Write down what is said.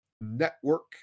network